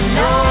no